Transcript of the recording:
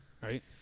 Right